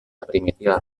primitiva